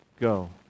go